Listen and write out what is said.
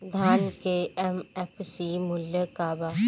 धान के एम.एफ.सी मूल्य का बा?